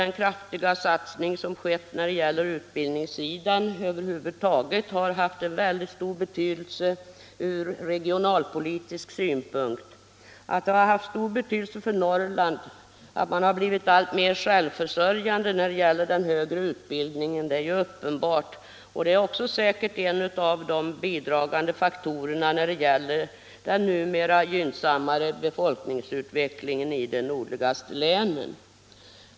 Den kraftiga satsning som skett på utbildningssidan över huvud taget har haft en väldigt stor betydelse från regionalpolitisk synpunkt. Att det haft stor betydelse för Norrland när man där blivit alltmer självförsörjande beträffande den högre utbildningen är ju uppenbart. Det är också en av de bidragande faktorerna när det gäller den numera gynnsammare befolkningsutvecklingen i de nordligaste länen.